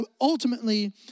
ultimately